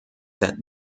that